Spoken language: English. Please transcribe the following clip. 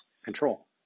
Control